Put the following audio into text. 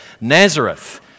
Nazareth